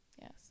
Yes